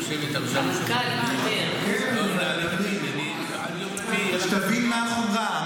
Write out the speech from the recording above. יושב איתם שם ושומע --- שתבין מה החומרה,